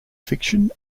fiction